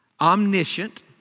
omniscient